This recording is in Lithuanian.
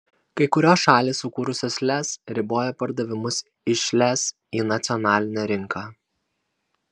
kai kurios šalys sukūrusios lez riboja pardavimus iš lez į nacionalinę rinką